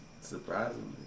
Surprisingly